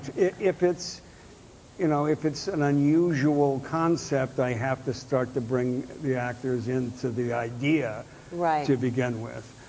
if it's you know if it's an unusual concept i have to start to bring the actors into the idea right. to begin with.